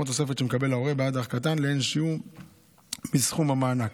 התוספת שמקבל ההורה בעד אח קטן לאין שיעור מסכום המענק.